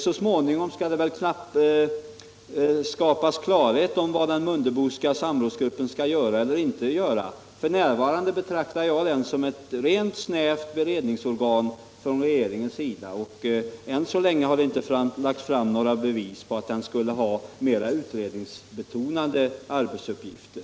Så småningom blir det väl klarhet om vad den Mundeboska samrådsgruppen skall göra eller inte göra. F.n. betraktar jag den som ett rent, snävt beredningsorgan för regeringen, och än så länge har det inte lagts fram några bevis för att den skulle ha mera utredningsbetonade arbetsuppgifter.